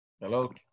Hello